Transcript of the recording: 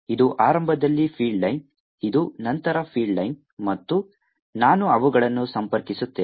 ಇದು ಆರಂಭದಲ್ಲಿ field line ಇದು ನಂತರ ಫೀಲ್ಡ್ ಲೈನ್ ಮತ್ತು ನಾನು ಅವುಗಳನ್ನು ಸಂಪರ್ಕಿಸುತ್ತೇನೆ